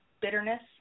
bitterness